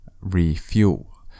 refuel